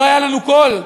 לא היה לנו קול.